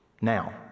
Now